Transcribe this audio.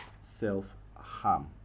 self-harm